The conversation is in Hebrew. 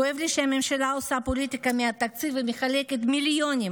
כואב לי שהממשלה עושה פוליטיקה מהתקציב ומחלקת מיליונים